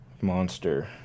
Monster